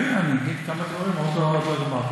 רגע, אני אגיד כמה דברים, עוד לא גמרתי.